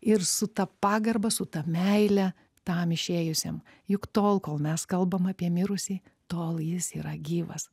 ir su ta pagarba su ta meile tam išėjusiam juk tol kol mes kalbam apie mirusį tol jis yra gyvas